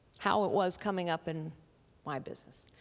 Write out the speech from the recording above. how it was coming up in my business.